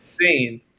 insane